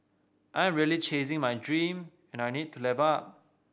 I am really chasing my dream and I need to level up